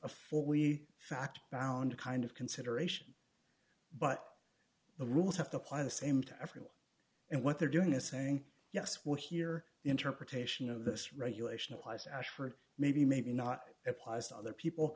we factor found kind of consideration but the rules have to apply the same to everyone and what they're doing is saying yes we're here interpretation of this regulation applies ashford maybe maybe not applies to other people